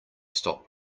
stop